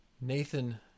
Nathan